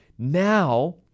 Now